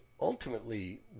ultimately